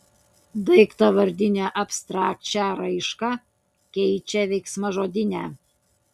daiktavardinę abstrakčią raišką keičia veiksmažodinė